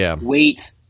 wait